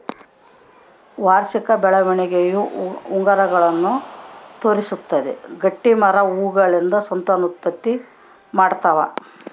ವಾರ್ಷಿಕ ಬೆಳವಣಿಗೆಯ ಉಂಗುರಗಳನ್ನು ತೋರಿಸುತ್ತದೆ ಗಟ್ಟಿಮರ ಹೂಗಳಿಂದ ಸಂತಾನೋತ್ಪತ್ತಿ ಮಾಡ್ತಾವ